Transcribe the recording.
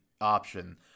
option